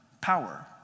power